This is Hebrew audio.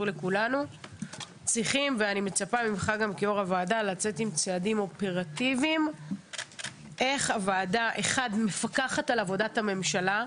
צריכים לצאת עם צעדים אופרטיביים על איך הוועדה מפקחת על עבודת הממשלה,